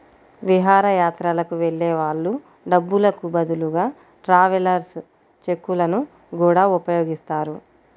విహారయాత్రలకు వెళ్ళే వాళ్ళు డబ్బులకు బదులుగా ట్రావెలర్స్ చెక్కులను గూడా ఉపయోగిస్తారు